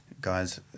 guys